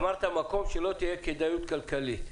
אמרת, מקום שלא תהיה כדאיות כלכלית.